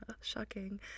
Shocking